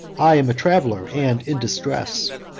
i am a traveller, and in distress!